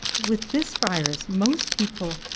with this virus most people,